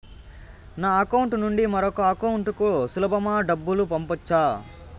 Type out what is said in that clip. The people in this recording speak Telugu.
ఒక అకౌంట్ నుండి మరొక అకౌంట్ కు సులభమా డబ్బులు పంపొచ్చా